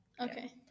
okay